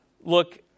look